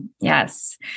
Yes